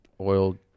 oil